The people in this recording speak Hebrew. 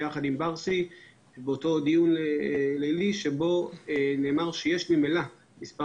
בר סימן טוב באותו דיון לילי שבו נאמר שיש ממילא מספר